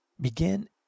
Begin